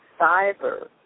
cyber